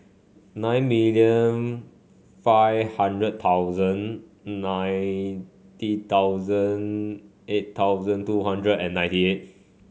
nine million five hundred thousand ninety thousand eight thousand two hundred and ninety eight